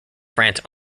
france